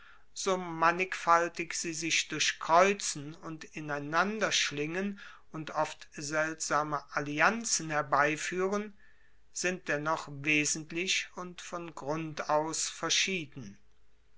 so mannigfaltig sie sich durchkreuzen und ineinanderschlingen und oft seltsame allianzen herbeifuehren sind dennoch wesentlich und von grund aus verschieden